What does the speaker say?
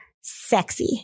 sexy